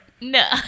no